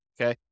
okay